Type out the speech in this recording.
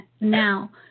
Now